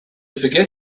forget